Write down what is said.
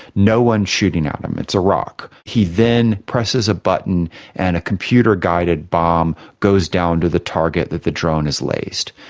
no one's shooting at them, it's iraq. he then presses a button and a computer guided bomb goes down to the target that the drone has lased.